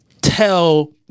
tell